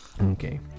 Okay